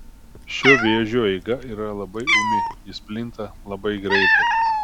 šio vėžio eiga yra labai ūmi jis plinta labai greitai